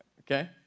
Okay